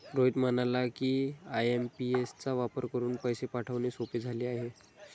रोहित म्हणाला की, आय.एम.पी.एस चा वापर करून पैसे पाठवणे सोपे झाले आहे